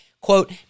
quote